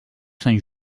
sant